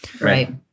right